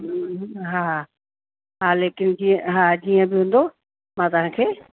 हा हा लेकिन जीअं हा जीअं बि हूंदो मां तव्हांखे